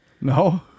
No